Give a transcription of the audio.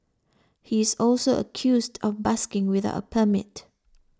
he is also accused of busking without a permit